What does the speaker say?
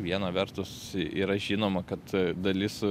viena vertus yra žinoma kad dalis